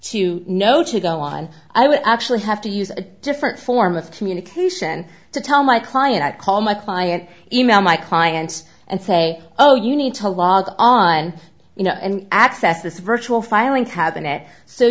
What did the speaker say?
to know to go on i would actually have to use a different form of communication to tell my client i'd call my client e mail my client and say oh you need to log on you know and access this virtual filing cabinet so